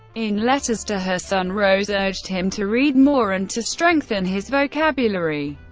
in letters to her son, rose urged him to read more and to strengthen his vocabulary.